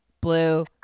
blue